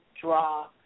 draw